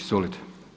Izvolite.